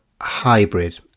hybrid